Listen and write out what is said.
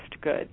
good